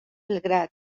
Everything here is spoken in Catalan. belgrad